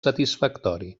satisfactori